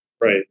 Right